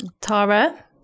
Tara